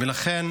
לכן